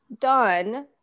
done